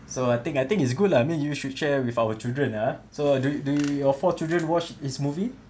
so I think I think it's good lah mean you should share with our children ah so do do your four children watch his movie